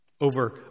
over